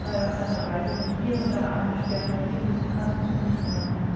da er auf seiner reise nur hier und da einen spärlichen imbiß in hast zu sich genommen